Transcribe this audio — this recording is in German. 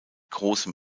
großem